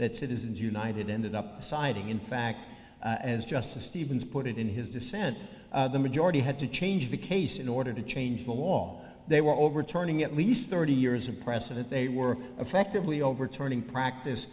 that citizens united ended up deciding in fact as justice stevens put it in his dissent the majority had to change the case in order to change the law they were overturning at least thirty years of precedent they work effectively overturning practice